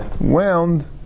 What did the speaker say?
wound